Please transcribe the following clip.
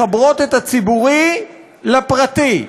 מחברות את הציבורי לפרטי,